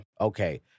Okay